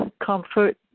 comfort